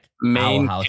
Main